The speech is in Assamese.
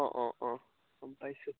অঁ অঁ গম পাইছোঁ